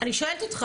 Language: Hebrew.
אני שואלת,